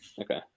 Okay